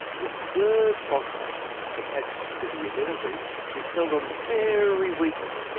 the third phosphate attached to the adenosine is held on very weakly.